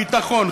ביטחון,